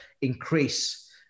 increase